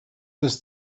was